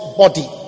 body